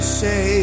say